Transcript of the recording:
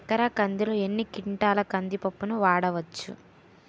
ఒక ఎకర కందిలో ఎన్ని క్వింటాల కంది పప్పును వాడచ్చు?